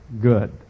good